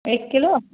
एक किलो